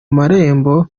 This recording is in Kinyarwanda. marembo